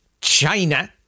China